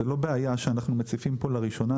זו לא בעיה שאנחנו מציפים פה לראשונה.